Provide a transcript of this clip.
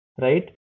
right